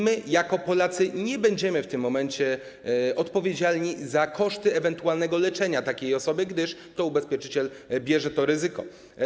My jako Polacy nie będziemy w tym momencie odpowiedzialni za koszty ewentualnego leczenia takiej osoby, gdyż to ubezpieczyciel bierze na siebie to ryzyko.